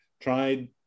tried